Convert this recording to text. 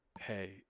hey